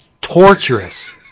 torturous